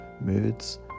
Moods